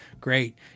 great